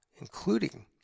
including